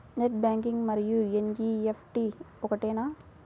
Net banking మరియు NEFT ఒకటేనా?